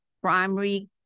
primary